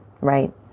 Right